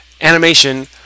animation